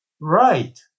right